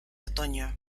otoño